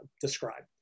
describe